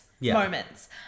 Moments